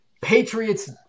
Patriots